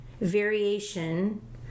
variation